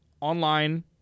online